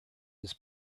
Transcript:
his